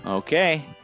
Okay